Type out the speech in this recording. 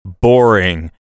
boring